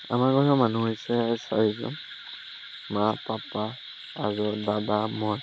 আমাৰ ঘৰৰ মানুহ হৈছে চাৰিজন মা পাপা আৰু দাদা মই